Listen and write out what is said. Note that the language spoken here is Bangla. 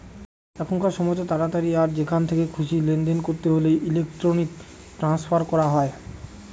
এখনকার সময়তো তাড়াতাড়ি আর যেখান থেকে খুশি লেনদেন করতে হলে ইলেক্ট্রনিক ট্রান্সফার করা হয়